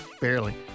barely